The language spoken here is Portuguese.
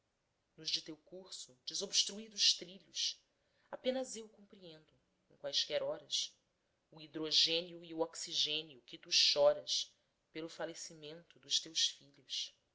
nos de teu curso desobstruídos trilhos apenas eu compreendo em quaisquer horas o hidrogênio e o oxigênio que tu choras pelo falecimento dos teus filhos